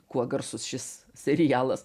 kuo garsus šis serialas